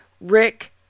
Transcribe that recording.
Rick